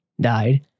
died